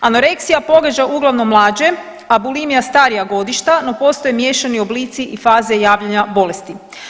Anoreksija pogađa uglavnom mlađe, a bulimija starija godišta no postoje miješani oblici i faze javljanja bolesti.